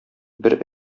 бер